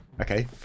Okay